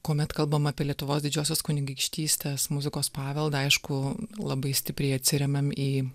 kuomet kalbam apie lietuvos didžiosios kunigaikštystės muzikos paveldą aišku labai stipriai atsiremiam į